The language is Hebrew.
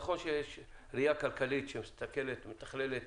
נכון שיש ראייה כלכלית שמסתכלת ומתכללת